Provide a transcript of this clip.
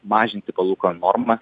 mažinti palūkanų normą